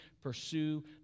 pursue